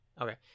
okay